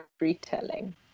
retelling